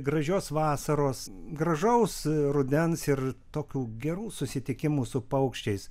gražios vasaros gražaus rudens ir tokių gerų susitikimų su paukščiais